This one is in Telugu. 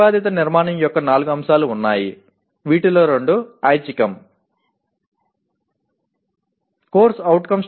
ప్రతిపాదిత నిర్మాణం యొక్క నాలుగు అంశాలు ఉన్నాయి వీటిలో రెండు ఐచ్ఛికంఆప్షనల్